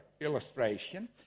illustration